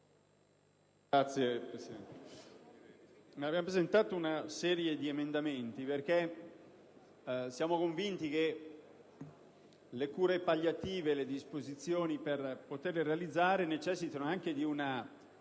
Signora Presidente, abbiamo presentato una serie di emendamenti perché siamo convinti che le cure palliative e le disposizioni per poterle realizzare necessitino anche di